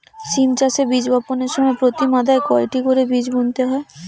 সিম চাষে বীজ বপনের সময় প্রতি মাদায় কয়টি করে বীজ বুনতে হয়?